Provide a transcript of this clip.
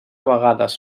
vegades